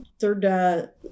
third